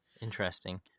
Interesting